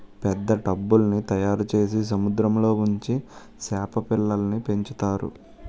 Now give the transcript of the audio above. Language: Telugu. పెద్ద టబ్బుల్ల్ని తయారుచేసి సముద్రంలో ఉంచి సేప పిల్లల్ని పెంచుతారు